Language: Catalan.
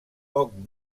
poc